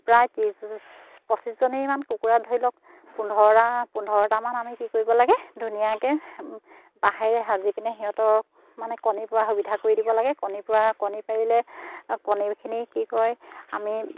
প্ৰায় ত্ৰিছ পঁচিছজনীমান কুকুৰা ধৰি লওক পোন্ধৰটা পোন্ধৰটামান আমি কি কৰিব লাগে ধুনীয়াকৈ বাঁহেৰে সাজি পিনে সিহঁতক মানে কণী পৰা সুবিধা কৰি দিব লাগে কণী পৰা কণী পাৰিলে কণীখিনি কি কয় আমি